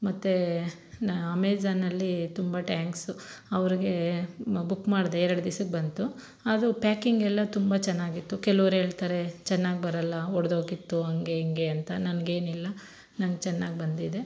ಮತ್ತು ನಾ ಅಮೆಝಾನಲ್ಲಿ ತುಂಬ ಟ್ಯಾಂಕ್ಸು ಅವ್ರಿಗೆ ಮ ಬುಕ್ ಮಾಡಿದೆ ಎರಡು ದಿಸಕ್ಕೆ ಬಂತು ಅದು ಪ್ಯಾಕಿಂಗೆಲ್ಲ ತುಂಬ ಚೆನ್ನಾಗಿತ್ತು ಕೆಲವ್ರು ಹೇಳ್ತಾರೆ ಚೆನ್ನಾಗಿ ಬರಲ್ಲ ಒಡ್ದೋಗಿತ್ತು ಹಂಗೆ ಹಿಂಗೆ ಅಂತ ನನಗೇನಿಲ್ಲ ನಂಗೆ ಚೆನ್ನಾಗಿ ಬಂದಿದೆ